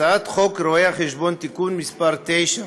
הצעת חוק רואי-חשבון (תיקון מס' 9),